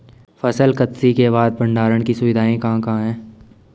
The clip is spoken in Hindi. फसल कत्सी के बाद भंडारण की सुविधाएं कहाँ कहाँ हैं?